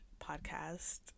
podcast